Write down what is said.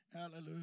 hallelujah